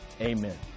amen